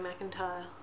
McIntyre